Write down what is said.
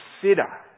Consider